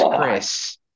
Chris